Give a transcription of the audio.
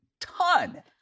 ton